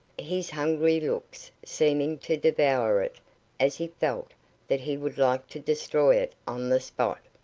his hungry looks seeming to devour it as he felt that he would like to destroy it on the spot.